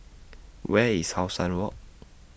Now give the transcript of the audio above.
Where IS How Sun Walk